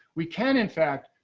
we can, in fact,